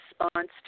response